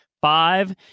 five